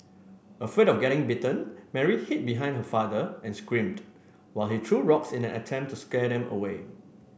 afraid of getting bitten Mary hid behind her father and screamed while he threw rocks in an attempt to scare them away